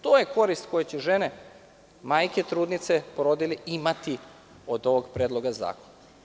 To je korist koju će žene, majke, trudnice, porodilje imati od ovog predloga zakona.